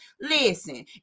Listen